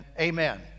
Amen